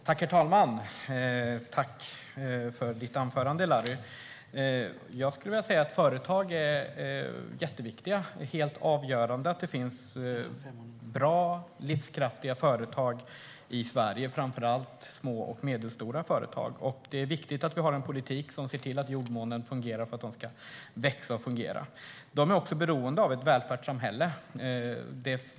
Herr talman! Jag tackar för ditt anförande, Larry Söder. Jag skulle vilja säga att företag är jätteviktiga. Det är helt avgörande att det finns bra och livskraftiga företag i Sverige, framför allt små och medelstora företag. Det är viktigt att vi har en politik som ser till att jordmånen är bra för att de ska växa och fungera. Företagen är också beroende av ett välfärdssamhälle.